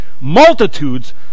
multitudes